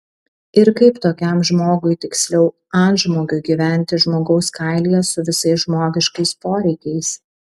ir kaip tokiam žmogui tiksliau antžmogiui gyventi žmogaus kailyje su visais žmogiškais poreikiais